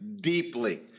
deeply